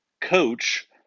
coach